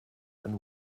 and